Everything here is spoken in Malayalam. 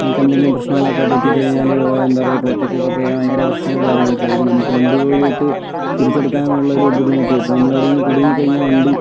നമുക്ക് എന്തെങ്കിലും പ്രശ്നങ്ങളൊക്കെ പറ്റി കഴിഞ്ഞാല് എന്താ പറയുക ഇപ്പോൾ ഒറ്റയ്ക്ക് ഒക്കെ പോയി ഭയങ്കര പ്രശ്നങ്ങളൊക്കെ ആയിരിക്കും നമുക്ക് വണ്ടി പോയിട്ട് തിരിച്ച് എടുക്കാൻ ഉള്ള ഒരു ബുദ്ധിമുട്ട് ഇപ്പോൾ നമ്മള് എവിടെയെങ്കിലും കുടുങ്ങി കഴിഞ്ഞാൽ വണ്ടി